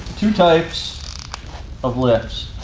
two types of lifts.